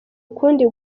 ukundi